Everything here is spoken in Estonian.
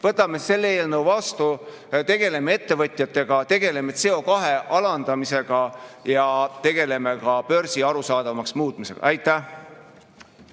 võtame selle eelnõu vastu, tegeleme ettevõtjatega, tegeleme CO2[hinna] alandamisega ja tegeleme ka börsi arusaadavamaks muutmisega. Aitäh!